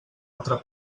altra